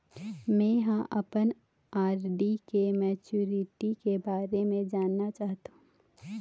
में ह अपन आर.डी के मैच्युरिटी के बारे में जानना चाहथों